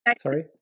Sorry